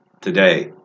today